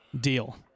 deal